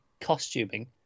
costuming